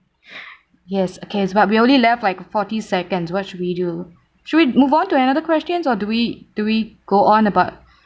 yes okays but we are only left like forty seconds what should we do should we move on to another question or do we do we go on about